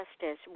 justice